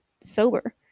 sober